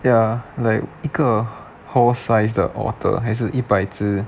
ya like 一个 horse size 的 otter 还是一百只